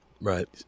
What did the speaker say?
Right